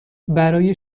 برای